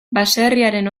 baserriaren